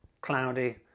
cloudy